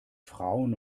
frauen